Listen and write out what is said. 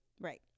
Right